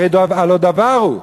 הלוא דבר הוא,